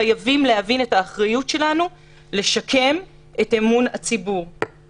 חייבים להבין את האחריות שלנו לשקם את אמון הציבור,